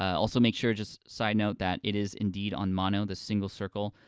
also make sure, just side note that it is indeed on mono, the single circle,